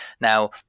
Now